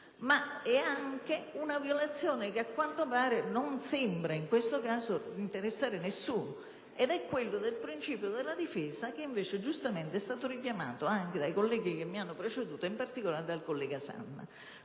Ma è anche una violazione - che, a quanto pare, non sembra in questo caso interessare nessuno - del principio della difesa, che invece giustamente è stato richiamato anche dai colleghi che mi hanno preceduto, in particolare dal collega Sanna.